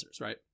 right